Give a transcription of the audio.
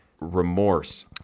remorse